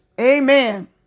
Amen